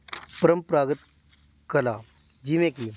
ਪਰੰਪਰਾਗਤ ਕਲਾ ਜਿਵੇਂ ਕਿ